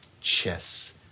chess